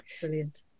Brilliant